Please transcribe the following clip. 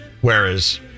Whereas